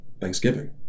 thanksgiving